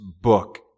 book